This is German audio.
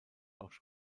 georges